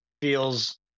feels